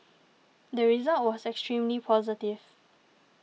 the result was extremely positive